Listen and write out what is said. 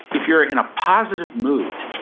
if you're in a positive mood,